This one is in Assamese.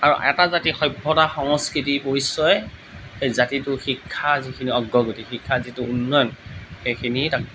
আৰু এটা জাতিৰ সভ্যতা সংস্কৃতিৰ পৰিচয় জাতিটোৰ শিক্ষা যিখিনি অগ্ৰগতি শিক্ষাৰ যিটো উন্নয়ন সেইখিনি তাক